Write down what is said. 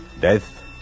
Death